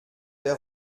der